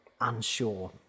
unsure